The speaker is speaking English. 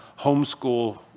homeschool